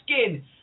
skin